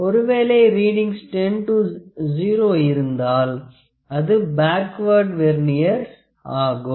ஒருவேளை readings 10 to 0 இருந்தால் அது பேக்வார்ட் வெர்னியர் ஆகும்